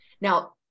Now